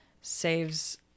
saves